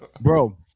bro